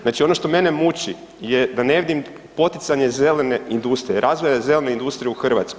Znači ono što mene muči je da ne vidim poticanje zelene industrije, razvoja zelene industrije u Hrvatskoj.